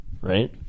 right